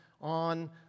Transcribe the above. on